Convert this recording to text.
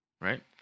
right